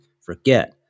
forget